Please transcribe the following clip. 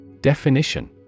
Definition